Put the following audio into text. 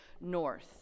north